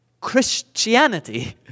Christianity